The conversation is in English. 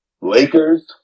Lakers